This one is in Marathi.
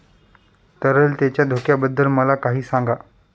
तरलतेच्या धोक्याबद्दल मला काही सांगा